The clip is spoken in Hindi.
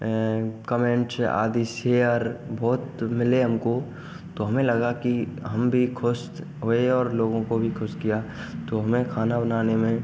एंड कमेंट्स आदि शेयर बहुत मिले हमको तो हमें लगा कि हम भी ख़ुश हुए और लोगों को भी ख़ुश किया तो हमें खाना बनाने में